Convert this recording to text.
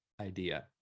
idea